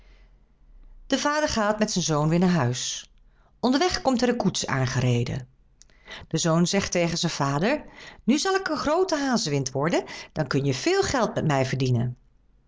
de vader gaat met zijn zoon weer naar huis onderweg komt er een koets aangereden de zoon zegt tegen zijn vader nu zal ik een groote hazewind worden dan kun je veel geld met mij verdienen